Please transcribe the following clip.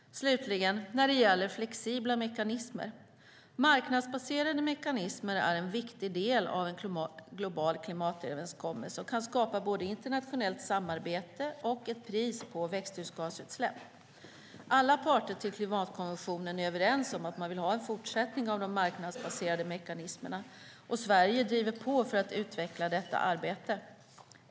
Slutligen när det gäller flexibla mekanismer: Marknadsbaserade mekanismer är en viktig del av en global klimatöverenskommelse och kan skapa både internationellt samarbete och ett pris på växthusgasutsläpp. Alla parter i klimatkonventionen är överens om att man vill ha en fortsättning av de marknadsbaserade mekanismerna, och Sverige driver på för att utveckla detta arbete.